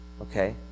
Okay